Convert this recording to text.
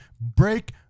Break